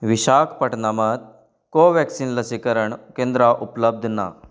विषाकपटनमात Covaxin लसीकरण केंद्रां उपलब्द ना